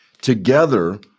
together